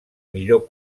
millor